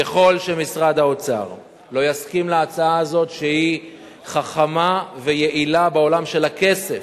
ככל שמשרד האוצר לא יסכים להצעה הזאת שהיא חכמה ויעילה בעולם של הכסף,